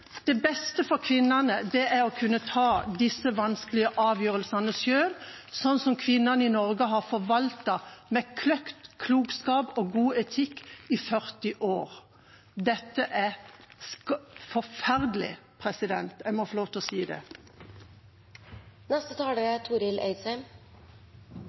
Det beste for kvinnene er å kunne ta disse vanskelige avgjørelsene selv, slik kvinnene i Norge har forvaltet dette med kløkt, klokskap og god etikk i 40 år. Dette er forferdelig – det må jeg få lov til å